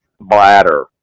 bladder